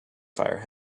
fire